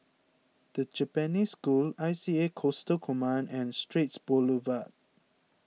the Japanese School I C A Coastal Command and Straits Boulevard